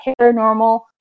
paranormal